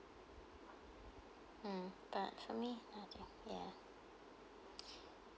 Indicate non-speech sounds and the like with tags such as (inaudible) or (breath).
mm but for me nothing ya (breath)